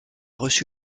reçu